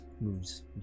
moves